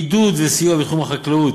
עידוד וסיוע בתחום החקלאות,